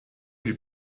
lui